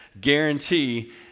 guarantee